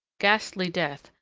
ghastly death,